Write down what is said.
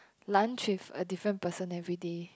lunch with a different person everyday